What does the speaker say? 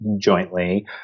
jointly